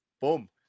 boom